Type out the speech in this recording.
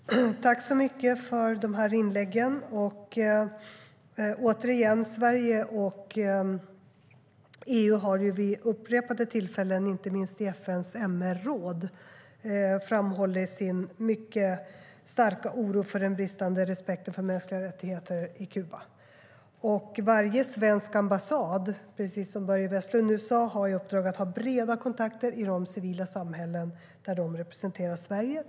Fru talman! Tack till mina meddebattörer för inläggen! Återigen: Sverige och EU har vid upprepade tillfällen, inte minst i FN:s MR-råd framhållit sin mycket starka oro för den bristande respekten för mänskliga rättigheter i Kuba. Varje svensk ambassad har, precis som Börje Vestlund sa, i uppdrag att ha breda kontakter i de civila samhällen där de representerar Sverige.